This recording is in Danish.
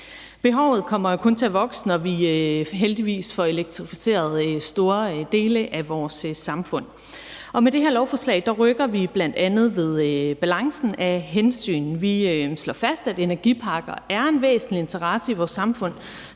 Behovet kommer kun til at vokse, når vi heldigvis får elektrificeret store dele af vores samfund, og med det her lovforslag rykker vi bl.a. ved balancen i hensynene. Vi slår fast, at energiparker er en væsentlig interesse i vores samfund,